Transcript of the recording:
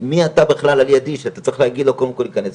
מי אתה בכלל על ידי שאתה צריך להגיד לו קודם כל להיכנס'.